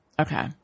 okay